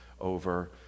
over